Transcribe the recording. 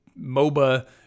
MOBA